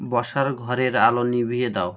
বসার ঘরের আলো নিভিয়ে দাও